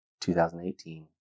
2018